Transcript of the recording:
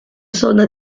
zona